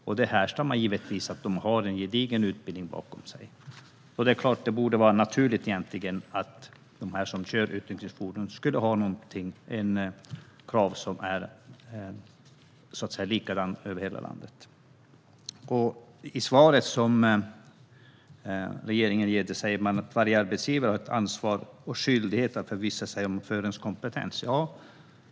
Det kan givetvis härledas till att de har en gedigen utbildning bakom sig, och det är klart att kraven på dem som kör utryckningsfordon egentligen skulle vara likadana över hela landet. Regeringen säger i sitt svar att varje arbetsgivare har ansvar och skyldighet att förvissa sig om förarens kompetens.